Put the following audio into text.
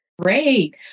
Great